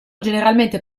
generalmente